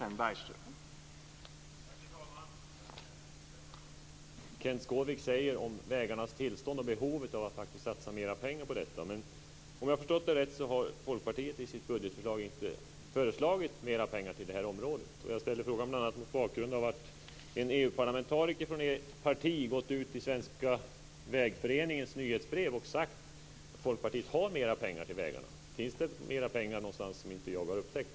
Herr talman! Jag vill gärna instämma i det Kenth Skårvik säger om vägarnas tillstånd och behovet av att satsa mer pengar på detta. Om jag har förstått saken rätt har Folkpartiet i sitt budgetförslag inte föreslagit mer pengar till det här området. Jag ställer frågan mot bakgrund av att en EU-parlamentariker från ert parti har gått ut i Svenska vägföreningens nyhetsbrev och sagt att Folkpartiet har mer pengar till vägarna. Finns det mer pengar någonstans som jag inte har upptäckt?